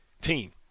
team